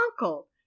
uncle